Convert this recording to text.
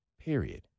period